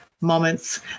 moments